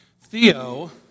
Theo